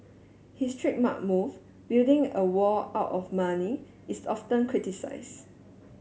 his trademark move building a wall out of money is often criticised